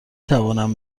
توانم